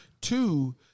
Two